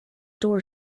door